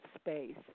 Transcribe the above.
space